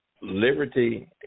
liberty